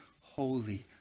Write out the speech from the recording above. holy